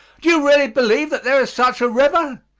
do you really believe that there is such a river?